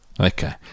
Okay